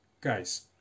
Guys